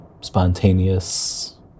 spontaneous